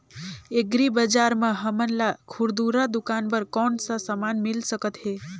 Agri बजार म हमन ला खुरदुरा दुकान बर कौन का समान मिल सकत हे?